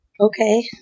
Okay